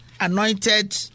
Anointed